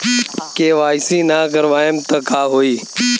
KYC ना करवाएम तब का होई?